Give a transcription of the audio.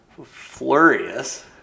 Flurious